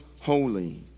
holy